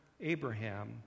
Abraham